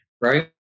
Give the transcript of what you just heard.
right